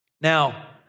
Now